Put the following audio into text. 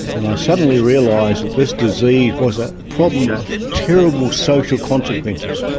and i suddenly realised that this disease was a problem of terrible social consequences,